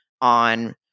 on